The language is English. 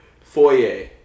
Foyer